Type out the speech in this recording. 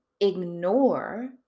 ignore